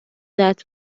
that